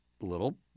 little